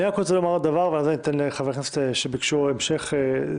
אני רק רוצה לומר עוד דבר ואז אני אתן לחברי הכנסת שביקשו המשך דברים.